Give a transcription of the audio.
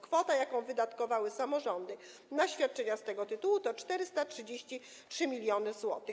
Kwota, jaką wydatkowały samorządy na świadczenia z tego tytułu, to 433 mln zł.